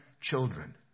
children